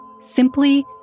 simply